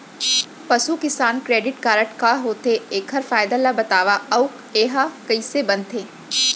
पसु किसान credit card का होथे, एखर फायदा ला बतावव अऊ एहा कइसे बनथे?